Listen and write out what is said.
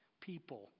people